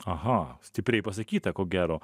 aha stipriai pasakyta ko gero